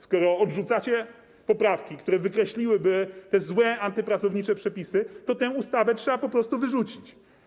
Skoro odrzucacie poprawki, które wykreśliłyby te złe, antypracownicze przepisy, to tę ustawę trzeba po prostu wyrzucić.